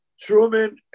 Truman